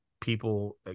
people